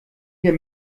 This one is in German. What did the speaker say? hier